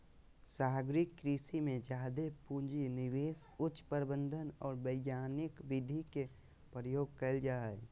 सागरीय कृषि में जादे पूँजी, निवेश, उच्च प्रबंधन और वैज्ञानिक विधि के प्रयोग कइल जा हइ